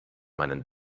meinen